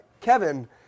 Kevin